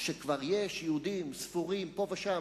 וכשכבר יש יהודים ספורים פה ושם,